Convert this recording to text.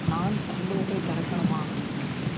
நான் சன் ரூப்பை திறக்கணுமா